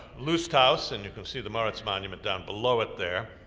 lusthouse, and you can see the moritz monument down below it there,